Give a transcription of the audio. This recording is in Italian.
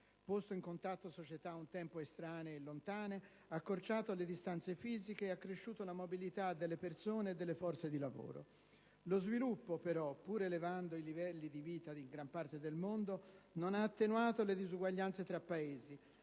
posto in contatto società un tempo estranee e lontane, accorciato le distanze fisiche ed accresciuto la mobilità delle persone e delle forze di lavoro. Lo sviluppo però, pur elevando i livelli di vita in gran parte del mondo, non ha attenuato le disuguaglianze tra Paesi,